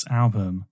album